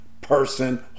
person